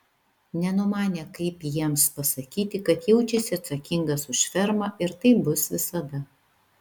nenumanė kaip jiems pasakyti kad jaučiasi atsakingas už fermą ir taip bus visada